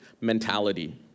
mentality